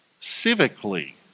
civically